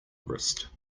wrist